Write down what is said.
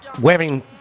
wearing